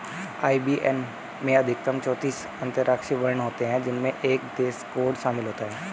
IBAN में अधिकतम चौतीस अक्षरांकीय वर्ण होते हैं जिनमें एक देश कोड शामिल होता है